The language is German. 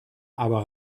aber